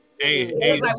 hey